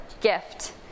Gift